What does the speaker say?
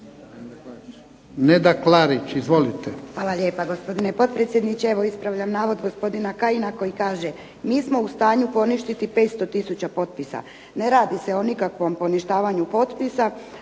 Nedjeljka (HDZ)** Hvala lijepa gospodine potpredsjedniče. Evo ispravljam navod gospodina Kajina koji kaže. Mi smo u stanju poništiti 500000 potpisa. Ne radi se o nikakvom poništavanju potpisa.